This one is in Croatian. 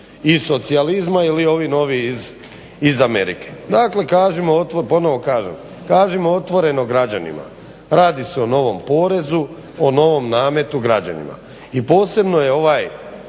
iz socijalizma ili ovi novi iz Amerike. Dakle kažimo, ponovno kažem kažimo otvoreno građanima radi se o novom porezu, o novom nametu građanima, i posebno je ovaj